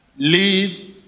leave